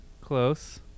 close